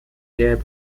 كتاب